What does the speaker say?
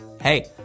Hey